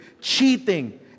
cheating